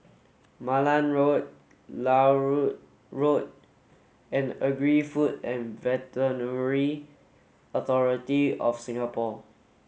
Malan Road Larut Road and Agri Food and Veterinary Authority of Singapore